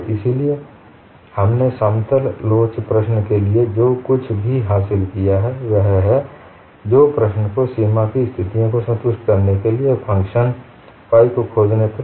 इसलिए हमने समतल लोच प्रश्न के लिए जो कुछ भी हासिल किया है वह है जो प्रश्न को सीमा की स्थितियों को संतुष्ट करने के लिए एक फ़ंक्शन फाइ को खोजने तक छोटा कर देता है